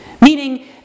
Meaning